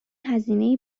هزینه